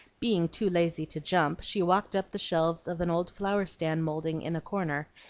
being too lazy to jump, she walked up the shelves of an old flower-stand moulding in a corner,